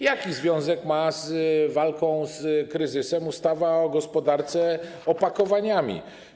Jaki związek ma z walką z kryzysem ustawa o gospodarce opakowaniami?